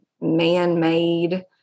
man-made